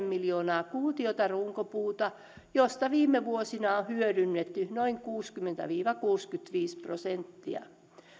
miljoonaa kuutiota runkopuuta mistä viime vuosina on hyödynnetty noin kuusikymmentä viiva kuusikymmentäviisi prosenttia